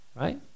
Right